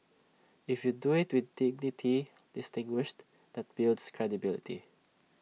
if you do IT with dignity distinguished that builds credibility